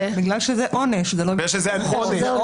בגלל שזה עונש זה לא נשמט.